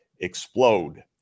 explode